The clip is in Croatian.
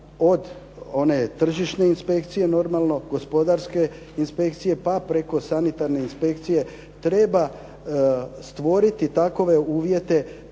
od one tržišne inspekcije normalno, gospodarske inspekcije, pa preko sanitarne inspekcije treba stvoriti takove uvjete